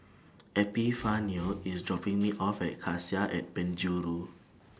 Epifanio IS dropping Me off At Cassia At Penjuru